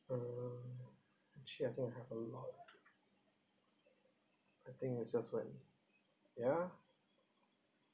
uh actually I think I have a lot I think I just went ya